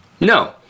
No